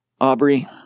Aubrey